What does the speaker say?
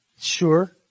sure